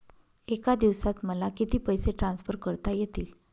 एका दिवसात मला किती पैसे ट्रान्सफर करता येतील?